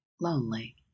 lonely